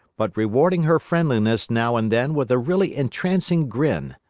but rewarding her friendliness now and then with a really entrancing grin.